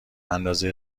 اندازه